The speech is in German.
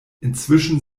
inzwischen